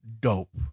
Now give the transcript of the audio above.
dope